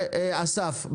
אסף,